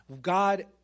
God